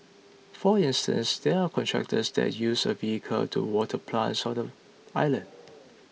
for instance there are contractors that use a vehicle to water plants on them island